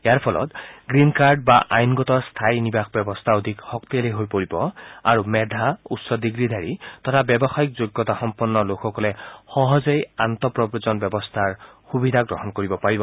ইয়াৰ ফলত green card বা আইনগত স্থায়ী নিৱাস ব্যৱস্থা অধিক শক্তিশালী হৈ পৰিব আৰু মেধা আৰু উচ্চ ডিগ্ৰীধাৰী তথা ব্যৱসায়িক যোগ্যতাসম্পন্ন লোকসকলে সহজেই আন্তঃপ্ৰৱজন ব্যৱস্থা সুবিধা গ্ৰহণ কৰিব পাৰিব